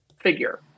figure